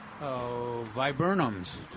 viburnums